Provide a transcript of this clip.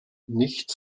nichts